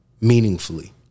meaningfully